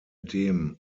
dem